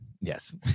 yes